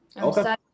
okay